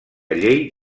llei